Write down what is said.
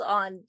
on